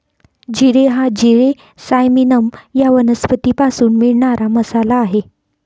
जिरे हा जिरे सायमिनम या वनस्पतीपासून मिळणारा मसाला आहे